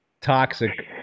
Toxic